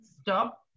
stop